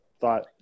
thought